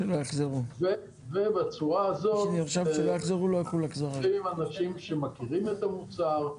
בצורה הזאת --- אנשים שמכירים את המוצר,